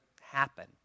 happen